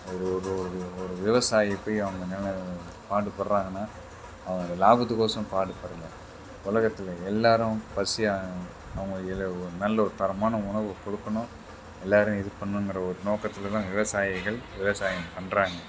ஒரு ஒரு ஒரு ஒரு விவசாயி போய் அவங்க பாடுபடுகிறாங்கனா அவங்க லாபத்துக்கோசரம் பாடுபடலை உலகத்தில் எல்லாேரும் பசியாக அவங்க நல்ல ஒரு தரமான உணவு கொடுக்கணும் எல்லாேரும் இது பண்ணணுன்கிற ஒரு நோக்கத்தில் தான் விவசாயிகள் விவசாயம் பண்ணுறாங்க